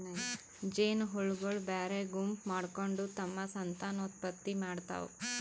ಜೇನಹುಳಗೊಳ್ ಬ್ಯಾರೆ ಗುಂಪ್ ಮಾಡ್ಕೊಂಡ್ ತಮ್ಮ್ ಸಂತಾನೋತ್ಪತ್ತಿ ಮಾಡ್ತಾವ್